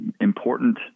important